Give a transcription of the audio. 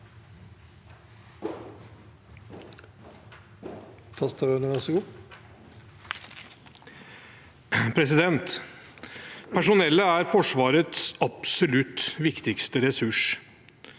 Personellet er Forsvarets absolutt viktigste ressurs.